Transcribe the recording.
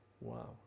Wow